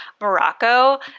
Morocco